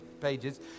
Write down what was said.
pages